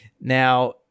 now